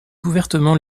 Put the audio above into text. ouvertement